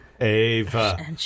Ava